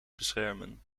beschermen